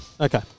Okay